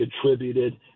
contributed